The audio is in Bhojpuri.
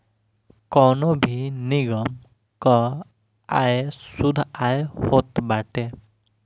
कवनो भी निगम कअ आय शुद्ध आय होत बाटे